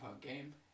game